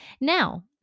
Now